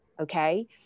Okay